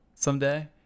someday